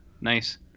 Nice